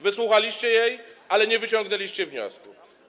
Wysłuchaliście jej, ale nie wyciągnęliście wniosków.